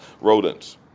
rodents